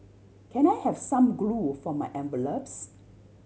can I have some glue for my envelopes